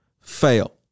fail